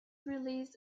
released